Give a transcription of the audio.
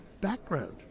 background